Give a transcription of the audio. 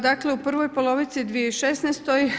Dakle, u prvoj polovici 2016.